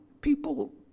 People